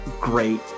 great